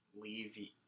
leave